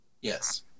Yes